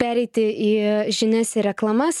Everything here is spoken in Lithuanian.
pereiti į žinias ir reklamas